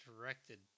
directed